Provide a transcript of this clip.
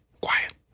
quiet